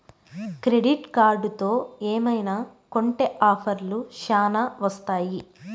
credit కార్డుతో ఏమైనా కొంటె ఆఫర్లు శ్యానా వత్తాయి